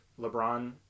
LeBron